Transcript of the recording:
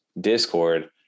Discord